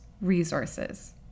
resources